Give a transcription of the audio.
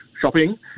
shopping